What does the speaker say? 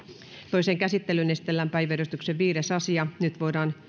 toiseen käsittelyyn esitellään päiväjärjestyksen viides asia nyt voidaan